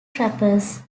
trappers